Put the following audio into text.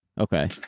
Okay